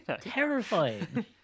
terrifying